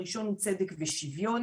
הראשון הוא צדק ושוויון.